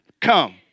come